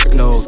no